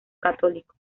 católico